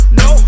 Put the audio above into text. no